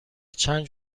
چند